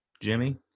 Jimmy